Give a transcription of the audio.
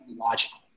logical